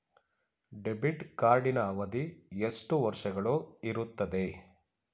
Debit ಕಾರ್ಡಿನ ಅವಧಿ ಎಷ್ಟು ವರ್ಷಗಳು ಇರುತ್ತದೆ?